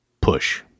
Push